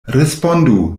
respondu